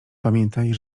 pamiętaj